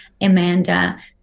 Amanda